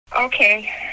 Okay